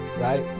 right